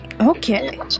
okay